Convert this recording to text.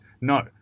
No